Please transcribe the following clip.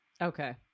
okay